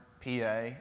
PA